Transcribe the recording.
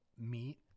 meet